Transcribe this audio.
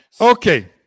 okay